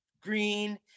green